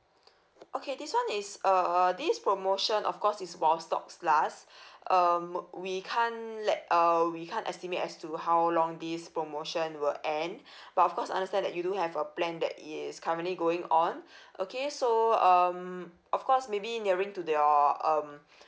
okay this one is err this promotion of course is while stocks last um but we can't let err we can't estimate as to how long this promotion will end but of course I understand that you do have a plan that is currently going on okay so um of course maybe nearing to the your um